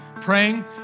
praying